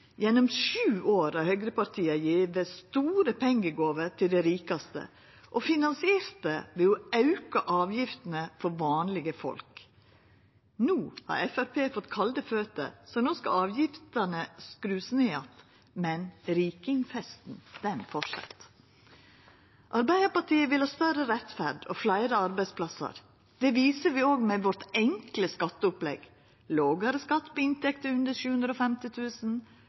Gjennom sju år har høgrepartia gjeve store pengegåver til dei rikaste og finansiert det ved å auka avgiftene for vanlege folk. No har Framstegspartiet fått kalde føter, så no skal avgiftene skruvast ned att – men rikingfesten held fram. Arbeidarpartiet vil ha større rettferd og fleire arbeidsplassar. Det viser vi òg med vårt enkle skatteopplegg – lågare skatt på inntekter under